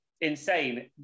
insane